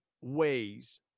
ways